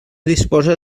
disposa